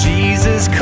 Jesus